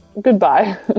goodbye